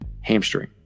hamstring